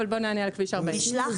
אבל נענה על כביש 40. נשלח.